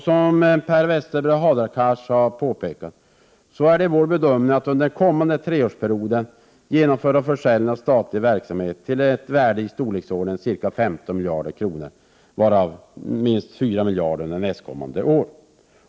Som Per Westerberg och Hadar Cars har påpekat är det vår bedömning att det under den kommande treårsperioden bör genomföras en försäljning av statlig verksamhet till ett värde i storleksordningen 15 miljarder kronor, varav minst 4 miljarder kronor under nästkommande år.